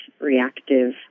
reactive